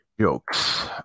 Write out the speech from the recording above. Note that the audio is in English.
Jokes